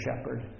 shepherd